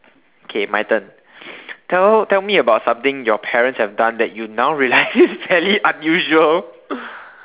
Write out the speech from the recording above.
okay my turn tell tell me about something your parents have done that you now realise it's vey unusual